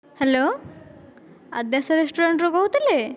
hello Adyasha ରେଷ୍ଟୁରାଣ୍ଟରୁ କହୁଥିଲେ